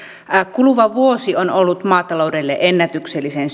kuluva vuosi on ollut maataloudelle ennätyksellisen